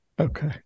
Okay